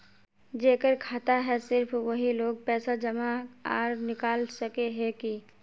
जेकर खाता है सिर्फ वही लोग पैसा जमा आर निकाल सके है की?